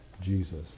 Jesus